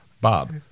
Bob